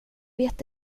vet